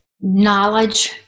knowledge